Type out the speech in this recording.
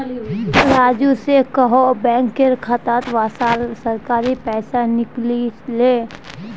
राजू स कोहो बैंक खातात वसाल सरकारी पैसा निकलई ले